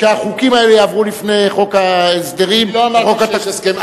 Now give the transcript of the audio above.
שהחוקים האלה יעברו לפני חוק ההסדרים וחוק התקציב.